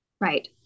Right